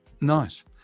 nice